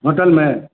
hotel میں